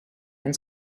and